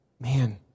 man